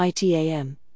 ITAM